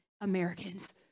Americans